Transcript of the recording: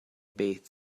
bathed